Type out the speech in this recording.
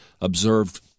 observed